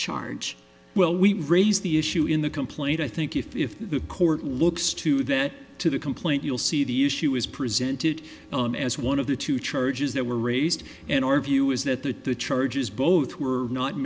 charge well we raised the issue in the complaint i think if the court looks to that to the complaint you'll see the issue is presented as one of the two charges that were raised in our view is that the charges both were not